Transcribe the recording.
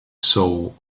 soul